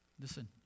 Listen